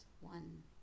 one